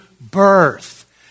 birth